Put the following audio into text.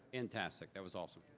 fantastic. that was awesome.